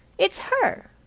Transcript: it's her.